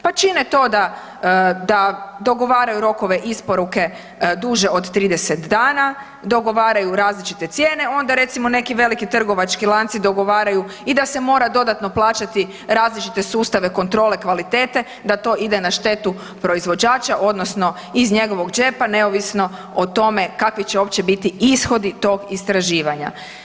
Pa čine to da dogovaraju rokove isporuke duže od 30 dana, dogovaraju različite cijene, onda recimo neki veliki trgovački lanci dogovaraju i da se mora dodatno plaćati različite sustave kontrole kvalitete da to ide na štetu proizvođača odnosno iz njegovog džepa neovisno o tome kakvi će opće biti ishodi tog istraživanja.